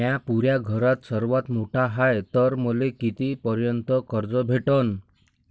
म्या पुऱ्या घरात सर्वांत मोठा हाय तर मले किती पर्यंत कर्ज भेटन?